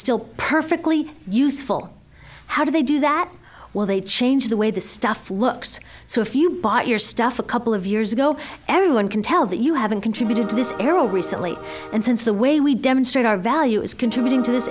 still perfectly useful how do they do that while they change the way the stuff looks so if you bought your stuff a couple of years ago everyone can tell that you haven't contributed to this arrow recently and since the way we demonstrate our value is contributing to this